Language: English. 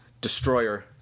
destroyer